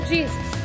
Jesus